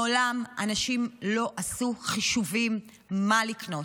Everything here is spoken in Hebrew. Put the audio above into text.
מעולם אנשים לא עשו חישובים מה לקנות.